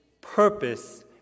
purpose